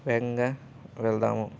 వేగంగా వెళ్దాము